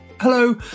Hello